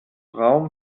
raum